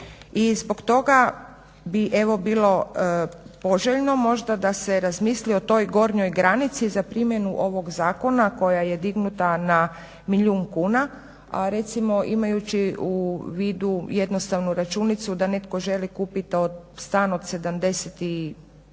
I zbog toga bi evo bilo poželjno možda da se razmisli o toj gornjoj granici za primjenu ovog zakona koja je dignuta na milijun kuna, a recimo imajući u vidu jednostavnu računicu da netko želi kupit stan od